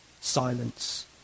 silence